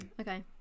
Okay